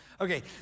Okay